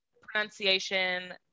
pronunciation